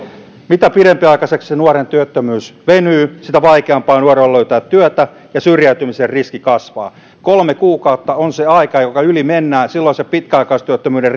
mitä pidempiaikaiseksi se nuoren työttömyys venyy sitä vaikeampaa nuorelle on löytää työtä ja sitä enemmän syrjäytymisen riski kasvaa kolme kuukautta on se aika jonka yli kun mennään niin silloin se pitkäaikaistyöttömyyden